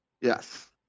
Yes